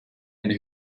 eine